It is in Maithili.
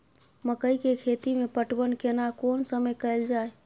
मकई के खेती मे पटवन केना कोन समय कैल जाय?